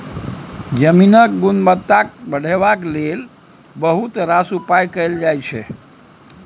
जमीनक गुणवत्ता बढ़ेबाक लेल बहुत रास उपाय कएल जाइ छै